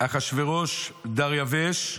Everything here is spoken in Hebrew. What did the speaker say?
אחשוורוש ודריוש"